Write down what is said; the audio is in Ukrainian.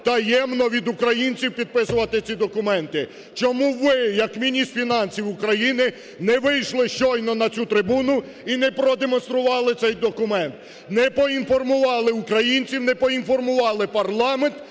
таємно від українців підписувати ці документи? Чому ви як міністр фінансів України не вийшли щойно на цю трибуну і не продемонстрували цей документ? Не поінформували українців, не поінформували парламент,